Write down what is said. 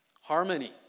harmony